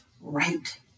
right